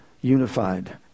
unified